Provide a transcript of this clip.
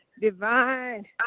divine